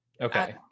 okay